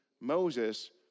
Moses